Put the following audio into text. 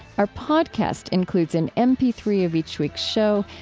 our podcast includes an m p three of each week's show,